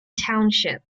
township